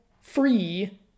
free